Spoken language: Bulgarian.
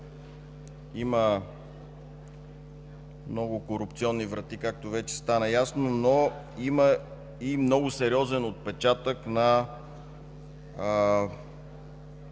има много корупционни врати, както вече стана ясно, но има и много сериозен отпечатък на